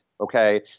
Okay